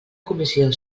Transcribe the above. comissió